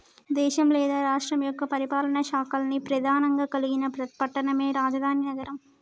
దేశం లేదా రాష్ట్రం యొక్క పరిపాలనా శాఖల్ని ప్రెధానంగా కలిగిన పట్టణమే రాజధాని నగరం